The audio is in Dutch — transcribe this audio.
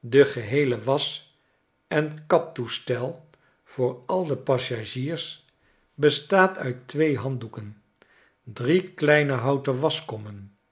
de geheele wasch en kaptoestel voor al de passagiers bestaat uit twee handdoeken drie kleine houten waschkommen